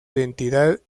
identidad